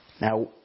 Now